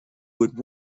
would